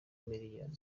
miliyari